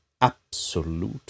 absolute